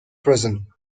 prison